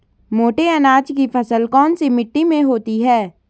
मोटे अनाज की फसल कौन सी मिट्टी में होती है?